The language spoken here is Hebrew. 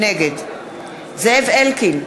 נגד זאב אלקין,